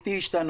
ואיתי ישתנו.